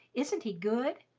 isn't he good?